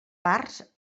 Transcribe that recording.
parts